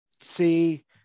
see